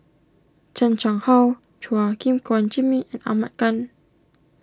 Chan Chang How Chua Gim Guan Jimmy and Ahmad Khan